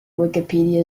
wikipedia